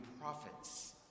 prophets